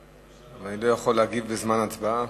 אבל אני לא יכול להגיב בזמן הצבעה.